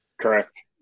Correct